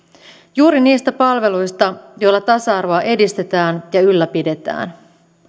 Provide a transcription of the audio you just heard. juuri niistä palveluista joilla tasa arvoa edistetään ja ylläpidetään